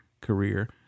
career